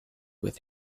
with